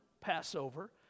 Passover